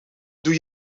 doe